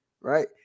right